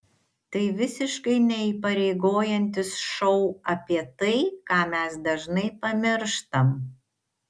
tai visiškai neįpareigojantis šou apie tai ką mes dažnai pamirštam